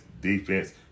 defense